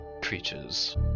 creatures